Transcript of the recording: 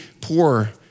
poor